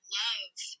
love